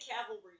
cavalry